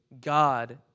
God